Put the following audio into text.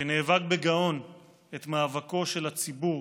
שנאבק בגאון את מאבקו של הציבור